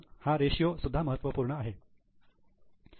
म्हणून हा रेषीयो सुद्धा महत्त्वपूर्ण आहे